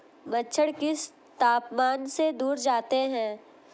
मच्छर किस तापमान से दूर जाते हैं?